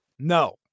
no